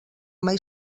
mai